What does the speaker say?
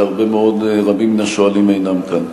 שרבים מהשואלים אינם כאן.